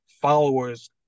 followers